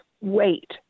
wait